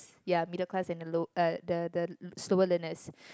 ya middle class and the low~ uh the the slower learners